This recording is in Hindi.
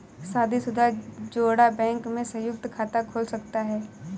शादीशुदा जोड़ा बैंक में संयुक्त खाता खोल सकता है